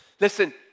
listen